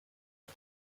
the